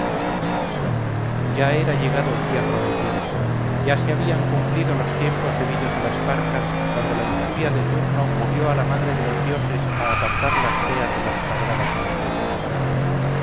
ya era llegado el día prometido ya se habían cumplido los tiempos debidos a las parcas cuando la injuria de turno movió a la madre de los dioses a apartar las teas de las sagradas naves